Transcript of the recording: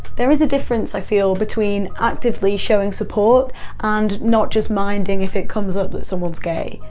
there is a difference, i feel, between actively showing support and not just minding if it comes up that someone's gay.